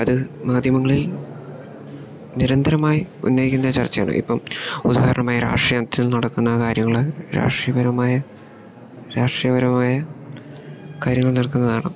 അത് മാധ്യമങ്ങളിൽ നിരന്തരമായി ഉന്നയിക്കുന്ന ചർച്ചയാണ് ഇപ്പം ഉദാഹരണമായി രാഷ്ട്രീയത്തിൽ നടക്കുന്ന കാര്യങ്ങള് രാഷ്ട്രിയപരമായ രാഷ്ട്രീയപരമായ കാര്യങ്ങൾ നടക്കുന്നതാണ്